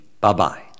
Bye-bye